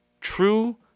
true